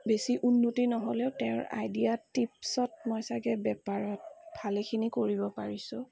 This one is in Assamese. বেছি উন্নতি নহ'লেও তেওঁৰ আইডিয়া টিপচত মই চাগে বেপাৰত ভালেখিনি কৰিব পাৰিছোঁ